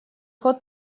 год